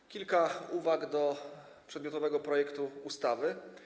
Mam kilka uwag do przedmiotowego projektu ustawy.